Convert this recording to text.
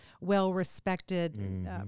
well-respected